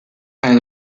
i’ll